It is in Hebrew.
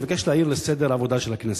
אני מבקש להעיר לסדר העבודה של הכנסת.